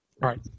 right